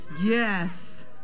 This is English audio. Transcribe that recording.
Yes